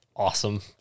Awesome